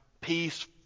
peace